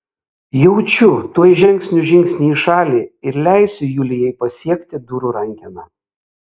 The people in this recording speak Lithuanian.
jaučiu tuoj žengsiu žingsnį į šalį ir leisiu julijai pasiekti durų rankeną